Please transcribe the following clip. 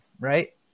right